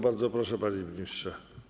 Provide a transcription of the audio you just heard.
Bardzo proszę, panie ministrze.